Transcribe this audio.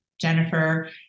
Jennifer